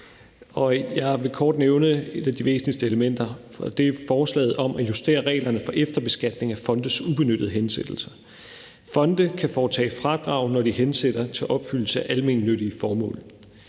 Jeg vil kort nævne et af de væsentligste elementer, og det er forslaget om at justere reglerne for efterbeskatning af fondes ubenyttede hensættelser. Fonde kan foretage fradrag, når de hensætter til opfyldelse af almennyttige formål.